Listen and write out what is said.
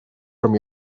from